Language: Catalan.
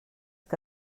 que